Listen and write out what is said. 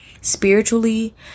spiritually